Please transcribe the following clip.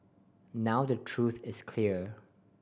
now the truth is clear